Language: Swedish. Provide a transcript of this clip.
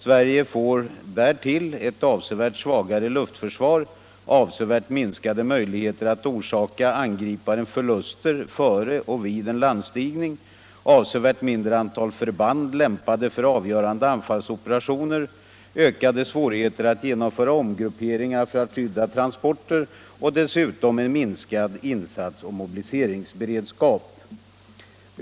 Sverige får därtill ett avsevärt svagare luftförsvar, avsevärt minskade möjligheter att orsaka angriparen förluster före och vid landstigning, avsevärt mindre antal förband lämpade för avgörande anfallsoperationer, ökade svårigheter att genomföra omgrupperingar för att skydda transporter och dessutom en minskad insatsoch mobiliseringsberedskap.